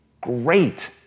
great